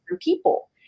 people